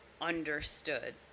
understood